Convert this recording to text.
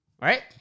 Right